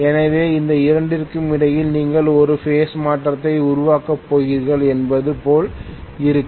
எனவே இந்த இரண்டிற்கும் இடையில் நீங்கள் ஒரு பேஸ் மாற்றத்தை உருவாக்கப் போகிறீர்கள் என்பது போல் இருக்கும்